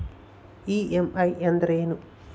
EMI ಅಂದ್ರೇನು?